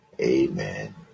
Amen